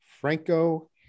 Franco